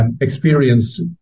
experience